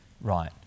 Right